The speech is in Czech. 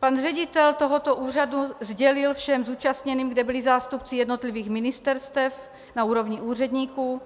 Pan ředitel tohoto úřadu sdělil všem zúčastněným, kde byli zástupci jednotlivých ministerstev na úrovni úředníků,